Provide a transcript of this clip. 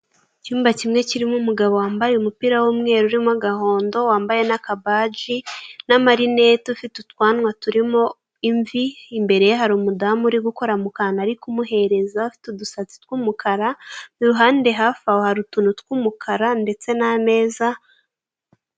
Icyumba kimwe kirimo umugabo wambaye umupira w'umweru urimo agahondo, wambaye n'akabaji n'amarinete, ufite utwanwa turimo imvi, imbere ye hari umudamu uri gukora mu kantu ari kumuhereza afite udusatsi tw'umukara, ku ruhande hafi aho hari utuntu tw'umukara ndetse n'ameza.